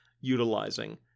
utilizing